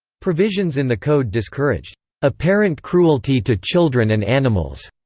provisions in the code discouraged apparent cruelty to children and animals,